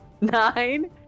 nine